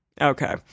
Okay